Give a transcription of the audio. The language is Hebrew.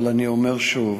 אבל אני אומר שוב: